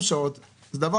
זה לא